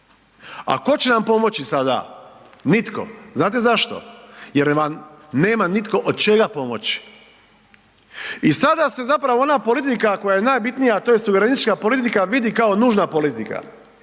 A tko će nam pomoći sada? Nitko. Znate zašto? Jer vam nema nitko od čega pomoći. I sada se zapravo ona politika koja je najbitnija, a to je suverenistička politika vidi kao nužna politika.